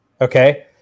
Okay